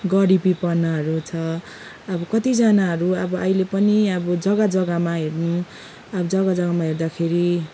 गरिबीपनाहरू छ अब कतिजनाहरू अब अहिले पनि अब जग्गा जग्गामा हेर्नु अब जग्गा जग्गामा हेर्दाखेरि